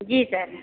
जी sir